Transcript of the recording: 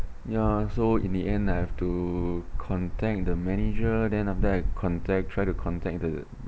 ya so in the end I have to contact the manager then after that I contact tried to contact the